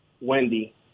Wendy